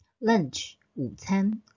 Lunch,午餐